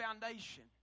foundation